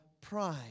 pride